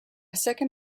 second